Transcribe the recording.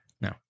No